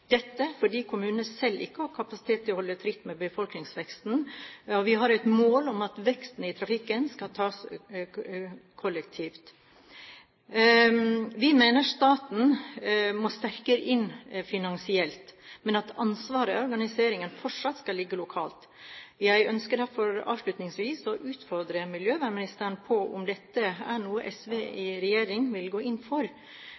Dette fordi kommunene selv ikke har kapasitet til å holde tritt med befolkningsveksten. Vi har et mål om at veksten i trafikken skal tas kollektivt. Vi mener staten må sterkere inn finansielt, men at ansvaret i organiseringen fortsatt skal ligge lokalt. Jeg ønsker derfor avslutningsvis å utfordre miljøvernministeren på om dette er noe SV i regjering vil gå inn for.